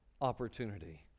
opportunity